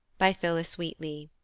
by phillis wheatley,